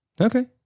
Okay